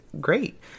great